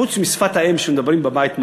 חוץ משפת האם שמדברים בבית,